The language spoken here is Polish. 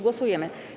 Głosujemy.